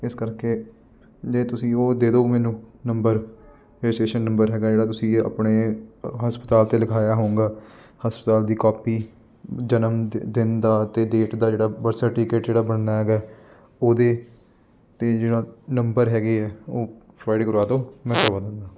ਇਸ ਕਰਕੇ ਜੇ ਤੁਸੀਂ ਉਹ ਦੇ ਦੋ ਮੈਨੂੰ ਨੰਬਰ ਰਜਿਸਟ੍ਰੇਸ਼ਨ ਨੰਬਰ ਹੈਗਾ ਜਿਹੜਾ ਤੁਸੀਂ ਇਹ ਆਪਣੇ ਹਸਪਤਾਲ 'ਤੇ ਲਿਖਾਇਆ ਹੋਵੇਗਾ ਹਸਪਤਾਲ ਦੀ ਕੋਪੀ ਜਨਮ ਦਿ ਦਿਨ ਦਾ ਅਤੇ ਡੇਟ ਦਾ ਜਿਹੜਾ ਬਰਥ ਸਰਟੀਫਿਕੇਟ ਜਿਹੜਾ ਬਣਨਾ ਹੈਗਾ ਹੈ ਉਹਦੇ 'ਤੇ ਜਿਹੜਾ ਨੰਬਰ ਹੈਗੇ ਹੈ ਉਹ ਫਰਾਈਡੇ ਕਰਵਾ ਦਿਓ ਮੈਂ ਕਰਵਾ ਦਾਂਗਾ